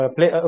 Play